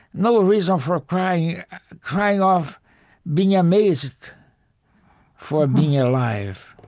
no ah reason for crying crying of being amazed for being alive.